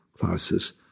classes